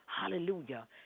Hallelujah